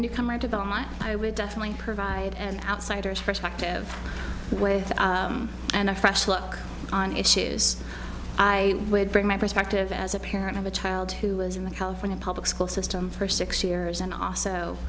newcomer to the mine i would definitely provide an outsider's perspective way and a fresh look on issues i would bring my perspective as a parent of a child who was in the california public school system for six years and also